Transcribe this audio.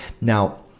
Now